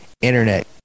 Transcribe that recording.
internet